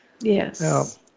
Yes